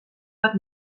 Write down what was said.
bat